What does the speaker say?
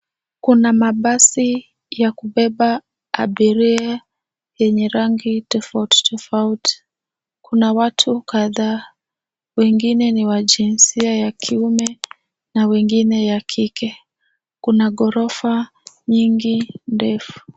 Kuna mabasi ya kubeba abiria yenye rangi tofauti tofauti. Kuna watu kadhaa, wengine ni wa jinsia ya kiume na wengine ya kike. Kuna ghorofa nyingi ndefu.